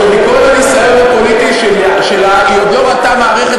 שעם כל הניסיון הפוליטי שלה היא עוד לא ראתה מערכת